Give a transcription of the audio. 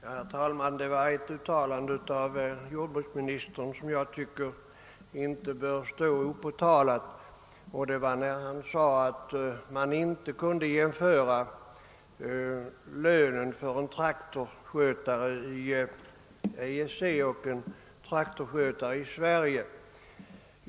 Herr talman! Det är ett uttalande av jordbruksministern som jag anser inte bör stå opåtalat. Han sade att man inte kunde jämföra lönen för en traktorskötare inom ett EEC-land med lönen för en traktorskötare i Sverige.